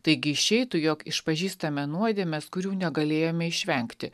taigi išeitų jog išpažįstame nuodėmes kurių negalėjome išvengti